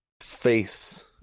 face